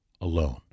alone